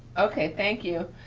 okay, thank you.